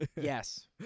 Yes